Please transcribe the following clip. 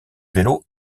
vélo